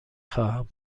خواهم